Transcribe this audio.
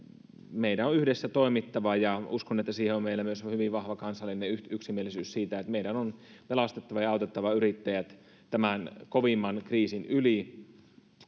meidän on yhdessä toimittava ja uskon että meillä on myös hyvin vahva kansallinen yksimielisyys siitä että meidän on pelastettava ja autettava yrittäjät tämän kovimman kriisin yli